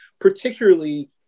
particularly